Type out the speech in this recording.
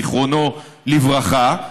זיכרונו לברכה.